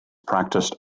practiced